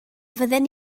fydden